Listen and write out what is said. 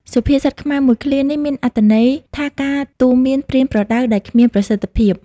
សុភាសិតខ្មែរមួយឃ្លានេះមានអត្ថន័យ ថាការទូន្មានប្រៀនប្រដៅដែលគ្មានប្រសិទ្ធភាព។